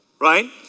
Right